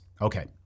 Okay